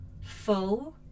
full